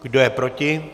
Kdo je proti?